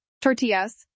tortillas